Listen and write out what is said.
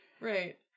Right